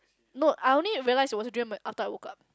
no I only realise it was a dream eh after I woke up